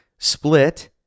split